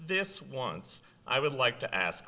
this once i would like to ask